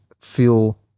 feel